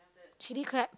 chili crab